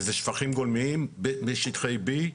ואלו שפכים גולמיים בשטחי B,